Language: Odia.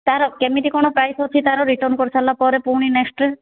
ତା'ର କେମିତି କ'ଣ ପ୍ରାଇସ୍ ଅଛି ତାର ରିଟର୍ନ୍ କରିସାରିଲା ପରେ ପୁଣି ନେକ୍ସ୍ଟ୍